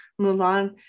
Mulan